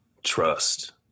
trust